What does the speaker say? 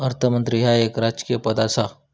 अर्थमंत्री ह्या एक राजकीय पद आसा